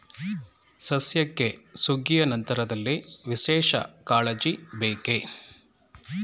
ಸಸ್ಯಕ್ಕೆ ಸುಗ್ಗಿಯ ನಂತರದಲ್ಲಿ ವಿಶೇಷ ಕಾಳಜಿ ಬೇಕೇ?